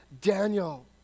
Daniel